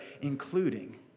including